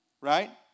right